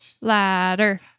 ladder